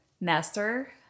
master